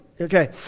Okay